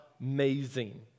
amazing